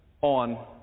on